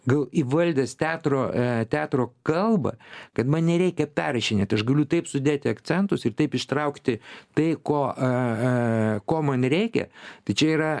gal įvaldęs teatro teatro kalbą kad man nereikia perrašinėt aš galiu taip sudėti akcentus ir taip ištraukti tai ko a a ko man reikia tai čia yra